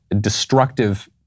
destructive